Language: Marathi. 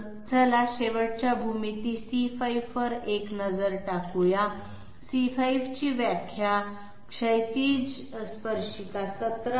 चला शेवटच्या भूमिती c5 वर एक नजर टाकूया c5 ची व्याख्या क्षैतिज स्पर्शिका l7 आहे